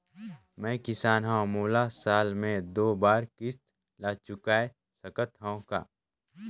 मैं किसान हव मोला साल मे दो बार किस्त ल चुकाय सकत हव का?